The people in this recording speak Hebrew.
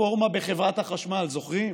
רפורמה בחברת החשמל, זוכרים?